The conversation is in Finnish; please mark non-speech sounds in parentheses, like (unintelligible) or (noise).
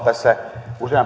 (unintelligible) tässä